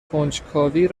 کنجکاوی